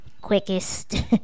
quickest